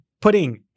putting